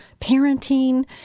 parenting